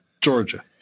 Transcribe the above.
Georgia